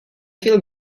feel